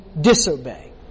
disobey